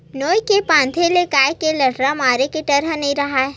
नोई के बांधे ले गाय के लटारा मारे के डर ह नइ राहय